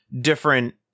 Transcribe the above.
different